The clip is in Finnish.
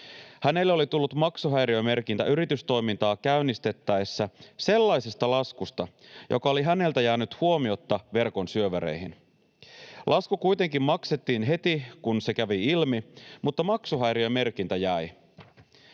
Hänelle oli tullut maksuhäiriömerkintä yritystoimintaa käynnistettäessä sellaisesta laskusta, joka oli häneltä jäänyt huomiotta verkon syövereihin. Lasku kuitenkin maksettiin heti, kun se kävi ilmi, mutta maksuhäiriömerkintä jäi.